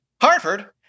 Hartford